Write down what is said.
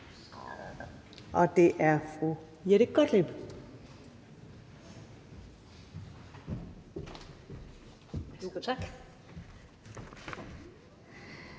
på det, som fru Jette Gottlieb